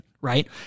Right